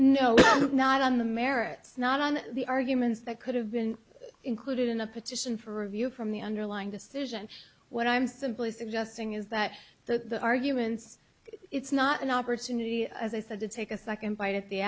no not on the merits not on the arguments that could have been included in the petition for review from the underlying decision what i'm simply suggesting is that the arguments it's not an opportunity as i said to take a second bite at the